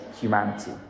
humanity